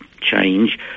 change